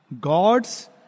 gods